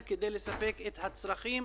פנימה כדי לאפשר למערכת להרים את הראש מעל המים.